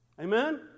Amen